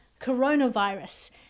coronavirus